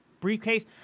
briefcase